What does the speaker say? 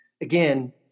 again